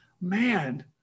man